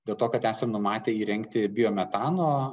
dėl to kad esam numatę įrengti biometano